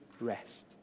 rest